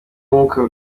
wunguka